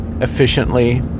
Efficiently